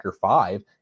five